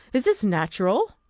is this natural?